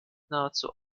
nahezu